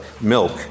milk